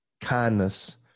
kindness